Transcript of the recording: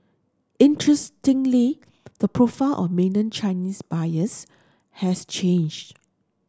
interestingly the profile of mainland Chinese buyers has changed